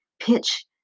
Pitch